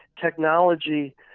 technology